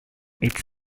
its